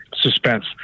suspense